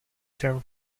term